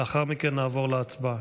לאחר מכן נעבור להצבעה,